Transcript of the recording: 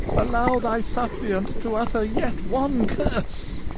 allow thy suppliant to utter yet one curse!